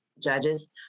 Judges